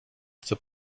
chce